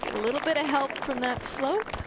little bit of help from that slope.